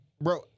Bro